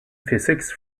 physics